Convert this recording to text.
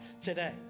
today